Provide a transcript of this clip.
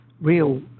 real